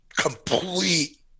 complete